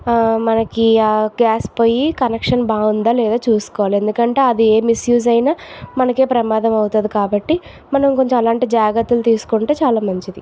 మనకి గ్యాస్ పొయ్యి కనెక్షన్ బాగుందా లేదా చూసుకోవాలి ఎందుకంటే అది ఏ మిస్ యూస్ అయినా మనకే ప్రమాదం అవుతుంది కాబట్టి మనం కొంచెం అలాంటి జాగ్రత్తలు తీసుకుంటే చాలా మంచిది